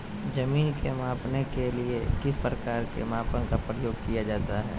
जमीन के मापने के लिए किस प्रकार के मापन का प्रयोग किया जाता है?